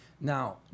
Now